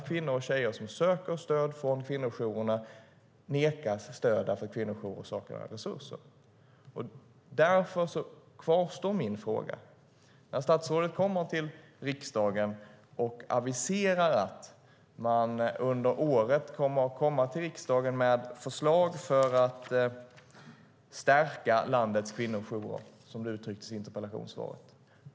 Kvinnor och tjejer som söker stöd från kvinnojourerna nekas stöd för att kvinnojourer saknar resurser. Därför kvarstår min fråga. Statsrådet kommer till riksdagen och aviserar att man under året kommer att komma till riksdagen med förslag för att stärka landets kvinnojourer, som det uttrycktes i interpellationssvaret.